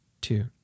two